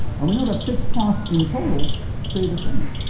and we know that fixed costs in total stay the same.